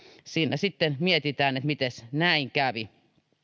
siinä sitten mietitään että mites näin kävi